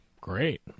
Great